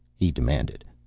he demanded.